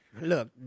Look